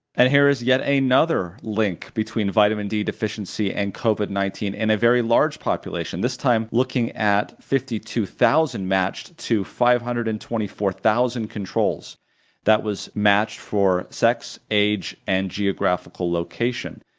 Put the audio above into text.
and here is yet another link between vitamin d deficiency and covid nineteen in a very large population, this time looking at fifty two thousand matched to five hundred and twenty four thousand controls that was matched for sex, age, and geographical location,